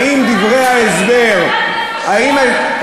האם דברי ההסבר, הצלת נפשות.